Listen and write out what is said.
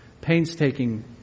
painstaking